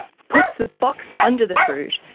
puts the box under the fruit,